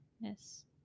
Yes